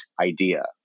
idea